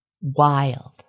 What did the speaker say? Wild